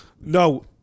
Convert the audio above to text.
No